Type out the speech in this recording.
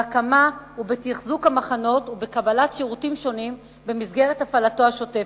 בהקמה ובתחזוק של המחנות ובקבלת שירותים שונים במסגרת הפעלתו השוטפת.